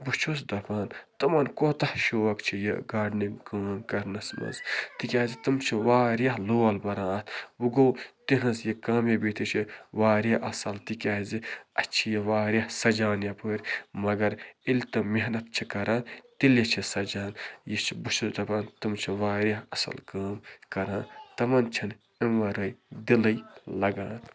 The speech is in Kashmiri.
بہٕ چھُس دَپان تِمن کوتاہ شوق چھِ یہِ گاڈنِنٛگ کٲم کَرنَس منٛز تِکیٛازِ تِم چھِ واریاہ لول بَران اَتھ وۄنۍ گوٚو تِہٕنٛز یہِ کامیٲبی تہِ چھِ واریاہ اَصٕل تِکیٛازِ اَسہِ چھِ یہِ واریاہ سَجان یَپٲرۍ مگر ییٚلہِ تِم محنت چھِ کَران تیٚلی چھِ سَجان یہِ چھِ بہٕ چھُس دَپان تِم چھِ واریاہ اَصٕل کٲم کَران تِمن چھَنہٕ اَمہِ وَرٲے دِلٕے لَگان